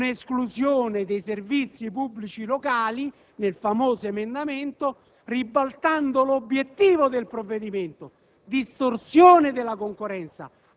ha espunto l'inciso «con esclusione dei servizi pubblici locali» nel famoso emendamento, ribaltando l'obiettivo del provvedimento: